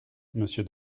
monsieur